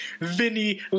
Vinny